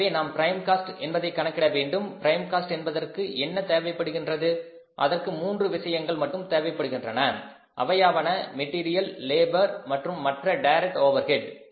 எனவே நாம் prime cost என்பதை கணக்கிட வேண்டும் பிரைம் காஸ்ட் என்பதற்கு என்ன தேவைப்படுகின்றது அதற்கு மூன்று விஷயங்கள் மட்டும் தேவைப்படுகின்றன அவையாவன மெட்டீரியல் லேபர் மற்றும் மற்ற டைரக்ட் ஓவர்ஹெட்